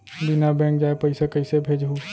बिना बैंक जाये पइसा कइसे भेजहूँ?